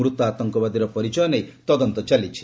ମୃତ ଆତଙ୍କବାଦୀର ପରିଚୟ ନେଇ ତଦନ୍ତ ଚାଲିଛି